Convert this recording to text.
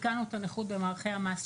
עדכנו את הנכות במערכי המס,